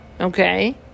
Okay